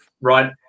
right